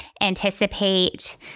anticipate